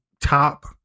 top